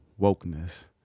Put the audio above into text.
wokeness